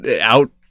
out